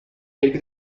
take